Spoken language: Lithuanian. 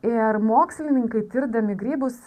ir mokslininkai tirdami grybus